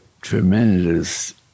tremendous